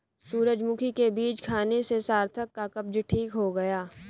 सूरजमुखी के बीज खाने से सार्थक का कब्ज ठीक हो गया